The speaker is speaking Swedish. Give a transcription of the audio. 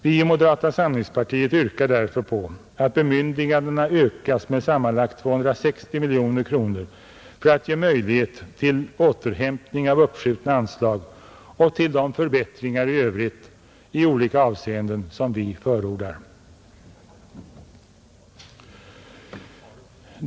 Vi i moderata samlingspartiet yrkar därför på att bemyndigandena ökas med sammanlagt 260 miljoner kronor för att ge möjlighet till återhämtning av uppskjutna anslag och till de förbättringar i övrigt i olika avseenden som vi förordar.